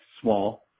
small